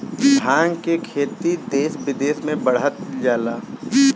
भाँग के खेती देस बिदेस में बढ़ल जाता